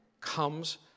comes